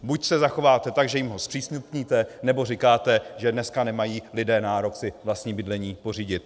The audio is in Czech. Buď se zachováte tak, že jim ho zpřístupníte, nebo říkáte, že dneska nemají lidé nárok si vlastní bydlení pořídit.